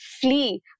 flee